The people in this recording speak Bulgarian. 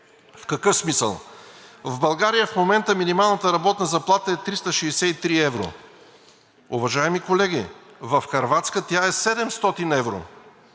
В какъв смисъл? В България в момента минималната работна заплата е 363 евро. Уважаеми колеги, в Хърватска тя е 700 евро,